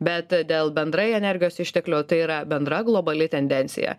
bet dėl bendrai energijos išteklių tai yra bendra globali tendencija